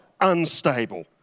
unstable